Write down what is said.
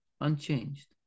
unchanged